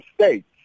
states